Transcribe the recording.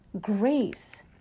grace